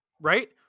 right